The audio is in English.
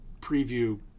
preview